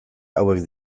hauek